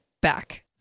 back